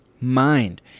mind